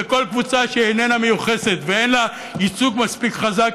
וכל קבוצה שאיננה מיוחסת ואין לה ייצוג מספיק חזק,